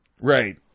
Right